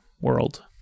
world